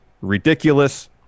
ridiculous